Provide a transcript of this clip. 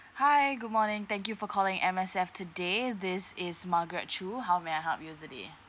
hi good morning thank you for calling M_S_F today this is margaret choo how may I help you today